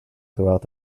throughout